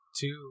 two